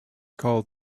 called